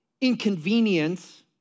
inconvenience